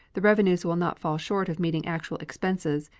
the revenues will not fall short of meeting actual expenses,